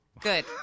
Good